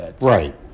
Right